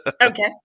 Okay